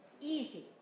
easy